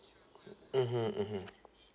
mmhmm mmhmm